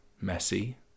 messy